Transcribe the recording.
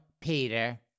Peter